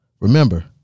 Remember